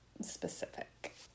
specific